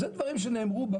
אלה דברים שנאמרו פה,